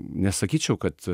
nesakyčiau kad